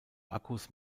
akkus